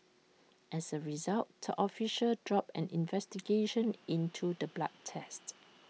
as A result the official dropped an investigation into the blood test